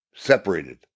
separated